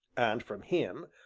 and from him,